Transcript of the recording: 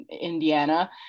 Indiana